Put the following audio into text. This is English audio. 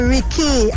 Ricky